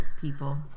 people